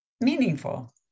meaningful